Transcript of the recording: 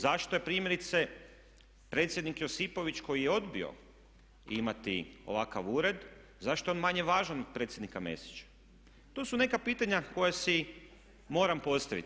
Zašto je primjerice predsjednik Josipović koji je odbio imati ovakav ured, zašto je on manje važan od predsjednika Mesića, to su neka pitanja koja si moram postaviti.